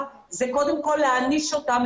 זה קודם כל להעניש אותם,